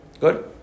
good